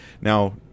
Now